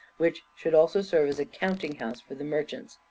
which should also serve as a counting-house for the merchants.